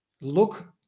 look